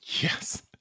Yes